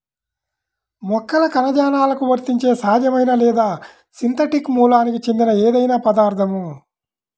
మొక్కల కణజాలాలకు వర్తించే సహజమైన లేదా సింథటిక్ మూలానికి చెందిన ఏదైనా పదార్థం